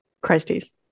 Christies